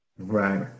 Right